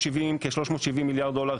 כ-370 מיליארד דולר,